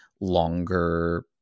longer